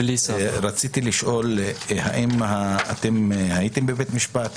רציתי לשאול האם אתם הייתם בבית משפט,